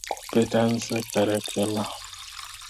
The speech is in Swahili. competency curriculum.